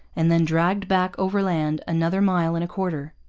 and then dragged back overland another mile and a quarter.